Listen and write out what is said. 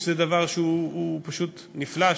שזה דבר שהוא פשוט נפלא,